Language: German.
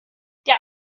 der